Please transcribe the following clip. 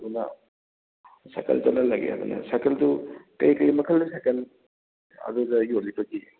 ꯑꯗꯨꯅ ꯁꯥꯏꯀꯜ ꯆꯠꯍꯜꯂꯒꯦ ꯑꯗꯨꯅ ꯁꯥꯏꯀꯜꯗꯨ ꯀꯔꯤ ꯀꯔꯤ ꯃꯈꯜꯗ ꯁꯥꯏꯀꯜ ꯑꯗꯨꯗ ꯌꯣꯜꯂꯤꯕꯒꯦ